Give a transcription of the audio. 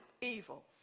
evil